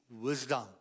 wisdom